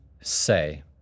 say